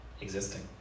existing